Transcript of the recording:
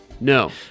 No